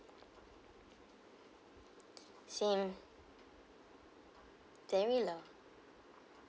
same very low